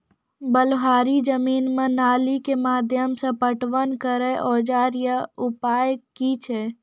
बलूआही जमीन मे नाली के माध्यम से पटवन करै औजार या उपाय की छै?